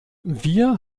wir